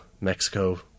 Mexico